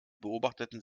beobachteten